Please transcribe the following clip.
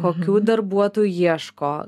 kokių darbuotojų ieško